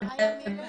חזרו לאנגליה